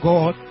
God